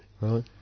right